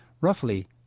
roughly